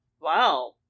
wow